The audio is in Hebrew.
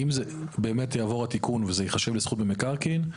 אם באמת יעבור התיקון וזה ייחשב לזכות במקרקעין,